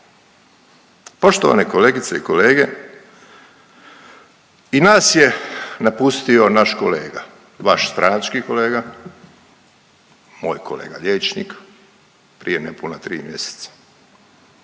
Poštovane kolegice i kolege, i nas je napustio naš kolega, vaš stranački kolega, moj kolega liječnik prije nepuna tri mjeseca,